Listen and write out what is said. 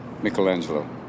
Michelangelo